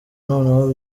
noneho